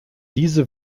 diese